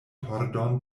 pordon